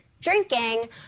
drinking